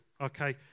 okay